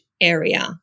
area